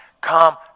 Come